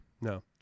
No